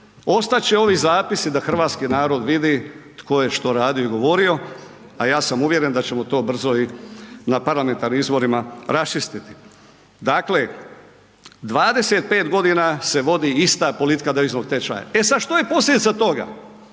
Ostat će ovi zapisi da hrvatski narod vidi tko je što radio i govorio, a ja sam uvjeren da ćemo to brzo i na parlamentarnim izborima raščistiti. Dakle, 25 godina se vodi ista politika deviznog tečaja, e sad što je posljedica toga,